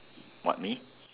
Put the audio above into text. what me